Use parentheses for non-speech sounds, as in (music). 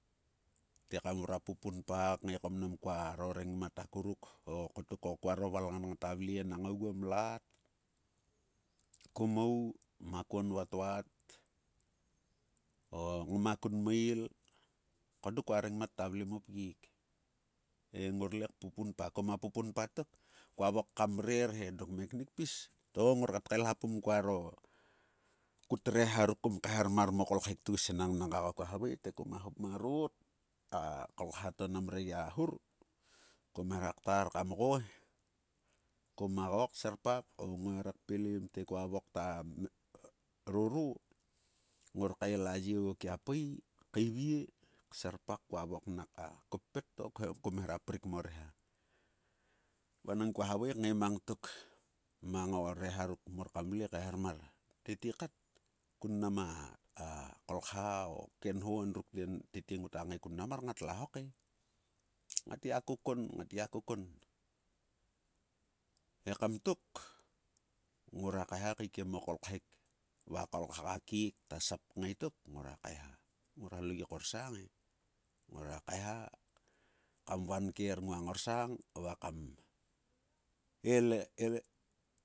O mia nong ekmar kmeha kam kola kre kama srim (hesitation) a ngaiting to mang nglues kam lolo papat mang o nghek ekmar, mang ayayor, mang o tgoluk vang. A mie ka rere kota hop, ngoma ring ekmor kama, ngom sia ring pmor kama kol a kre kama ngam mang o vnek ruk. Nang tete te koppet ngang ngor, ekom tok ngiam lo korsang khemenek. Ngia korsang khemenek, ye ngae lois kam vur kaeharom a tomhel tang. Ye lois ring ane mhe to kat. Va klik, ngorer kauruvik ma taem to (hesitation) ngor sia riring pmor, ngorer kaelpun kauruvik. Kauruvik ko mkor omia kaurur ngaro ool, kaurur akre, va kaurur o tgoluk ruk kama vle kat kama kpom ngruaro nguang kuon mnam (unintelligible) ngruaro rengmat, va amie ko ngota vle. (hesitation) ngota vlelhok, ngorer kauruvik kam vle. Vanangko a keknen to edo tluaya ekam tok ngora kaeha mo kolkhek tgus. Ngora lo korsang ma kolkha tang, korsang khemenek. Dok kuaro reha kun mnam kolkhek tgus, kom her kut kaeha tok he. Kom ngae, ngae kvok kong te kua vok tngae ngae kyor vo reha ngor le kaeharom a ngaeha langto kat.